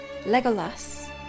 Legolas